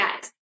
Guys